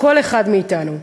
כל אחד מאתנו: